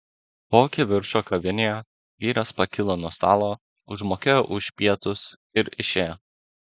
po kivirčo kavinėje vyras pakilo nuo stalo užmokėjo už pietus ir išėjo